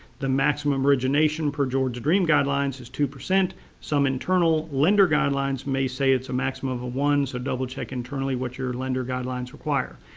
the maximum origination per georgia dream guidelines is two. some internal lender guidelines may say it's a maximum of one so double check internally what your lender guidelines require.